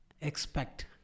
expect